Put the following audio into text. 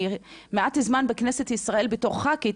אני מעט זמן בכנסת ישראל בתור ח"כית,